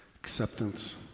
acceptance